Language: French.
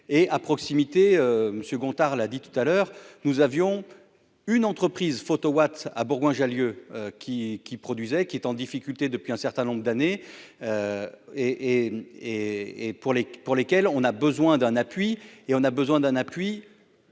et à proximité Monsieur Gontard, l'a dit tout à l'heure, nous avions une entreprise Photowatt à Bourgoin-Jallieu qui qui produisait, qui est en difficulté depuis un certain nombre d'années et et et et pour les, pour lesquels on a besoin d'un appui et on a besoin d'un appui